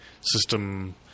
system